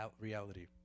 reality